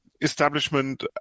establishment